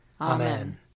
Amen